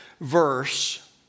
verse